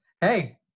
hey